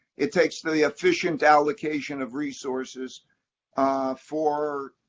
it takes the the efficient allocation of resources for